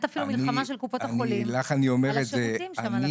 אפילו מלחמה של קופות החולים על השטחים שם.